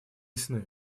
ясны